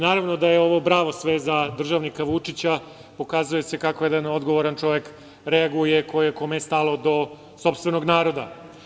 Naravno, ovo je bravo sve za državnika Vučića i pokazuje kako jedan odgovoran čovek reaguje, a kome je stalo do sopstvenog naroda.